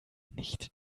nicht